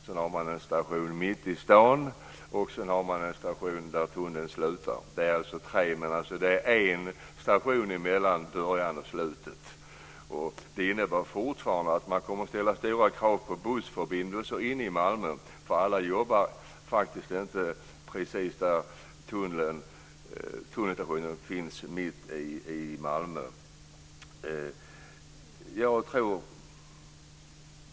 Sedan har man en station mitt i stan och en station där tunneln slutar - alltså tre stationer, med en station mellan början och slutet. Fortfarande innebär det att stora krav kommer att ställas på bussförbindelser inne i Malmö. Alla jobbar ju inte precis där tunnelstationen finns, dvs. mitt i Malmö.